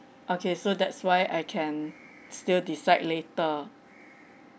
okay so that's why I can still decide later